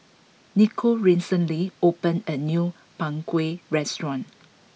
Nicole recently open a new Png Kueh restaurant